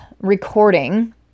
recording